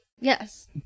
Yes